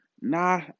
nah